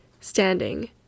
standing